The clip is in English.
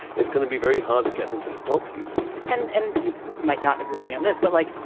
it's going to be very hard to get them to stop using and and you might not agree with me on this. but like,